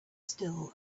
still